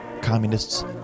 communists